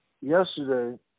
Yesterday